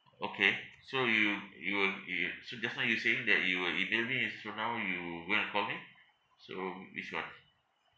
okay so you you will you so just now you saying that you will email me so now you going to call me so which one